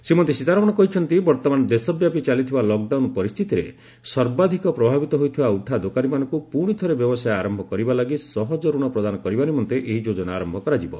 ଶୀମତୀ ସୀତାରମଣ କହିଛନ୍ତିବର୍ତ୍ତମାନ ଦେଶବ୍ୟାପୀ ଚାଲିଥିବା ଲକ୍ଡାଉନ ପରିସ୍ଥିତିରେ ସର୍ବାଧିକ ପ୍ରଭାବିତ ହୋଇଥିବା ଉଠାଦୋକାନୀମାନଙ୍କୁ ପୁଣି ଥରେ ବ୍ୟବସାୟ ଆରମ୍ଭ କରିବା ଲାଗି ସହଜ ରଣ ପ୍ରଦାନ କରିବା ନିମନ୍ତେ ଏକ ଯୋଜନା ଆରମ୍ଭ କରାଯିବ